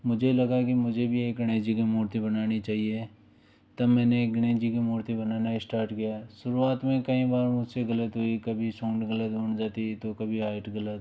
मुझे लगा की मुझे भी एक गणेश जी की मूर्ति बनानी चाहिए तब मैंने एक गणेश जी की मूर्ति बनाना स्टार्ट किया शुरुवात में कई बार मुझसे गलती हुई कभी सूंड गलत बन जाती तो कभी हाईट गलत